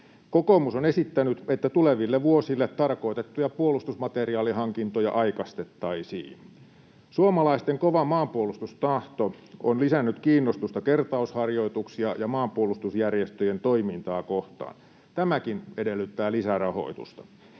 Kokoomus on esittänyt, että tuleville vuosille tarkoitettuja puolustusmateriaalihankintoja aikaistettaisiin. Suomalaisten kova maanpuolustustahto on lisännyt kiinnostusta kertausharjoituksia ja maanpuolustusjärjestöjen toimintaa kohtaan, ja tämäkin edellyttää lisärahoitusta.